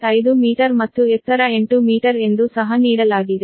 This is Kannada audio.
5 ಮೀಟರ್ ಮತ್ತು ಎತ್ತರ 8 ಮೀಟರ್ ಎಂದು ಸಹ ನೀಡಲಾಗಿದೆ